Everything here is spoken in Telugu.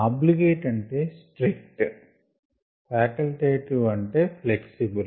ఆబ్లిగేట్ అంటే స్ట్రిక్ట్ ఫ్యాకెల్ టేటివ్ అంటే ఫ్లెక్సిబుల్